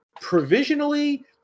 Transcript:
provisionally